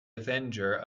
avenger